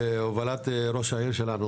וידל,